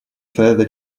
further